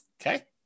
Okay